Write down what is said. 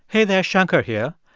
hey there. shankar here.